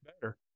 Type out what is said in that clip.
better